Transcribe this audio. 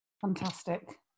Fantastic